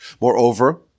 Moreover